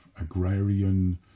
agrarian